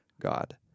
God